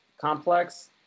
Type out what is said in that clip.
complex